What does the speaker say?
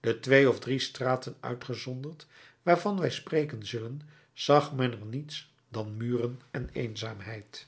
de twee of drie straten uitgezonderd waarvan wij spreken zullen zag men er niets dan muren en eenzaamheid